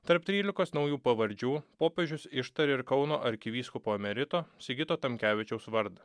tarp trylikos naujų pavardžių popiežius ištarė ir kauno arkivyskupo emerito sigito tamkevičiaus vardą